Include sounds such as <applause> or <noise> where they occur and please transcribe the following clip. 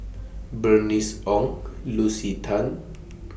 Bernice Ong Lucy Tan <noise>